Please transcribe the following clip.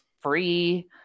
free